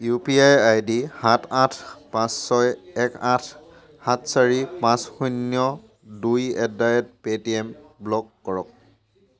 U P I ID সাত আঠ পাঁচ ছয় এক আঠ সাত চাৰি পাঁচ শূন্য দুই at the rate Paytm block কৰক